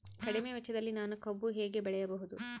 ಕಡಿಮೆ ವೆಚ್ಚದಲ್ಲಿ ನಾನು ಕಬ್ಬು ಹೇಗೆ ಬೆಳೆಯಬಹುದು?